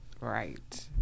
Right